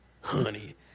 Honey